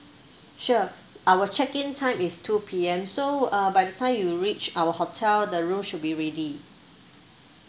sure our check in time is two P_M so by the time you reach our hotel the room should be ready